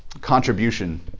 contribution